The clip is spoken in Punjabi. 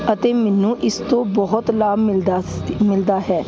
ਅਤੇ ਮੈਨੂੰ ਇਸ ਤੋਂ ਬਹੁਤ ਲਾਭ ਮਿਲਦਾ ਸ ਮਿਲਦਾ ਹੈ